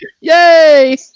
Yay